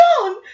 John